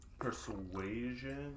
persuasion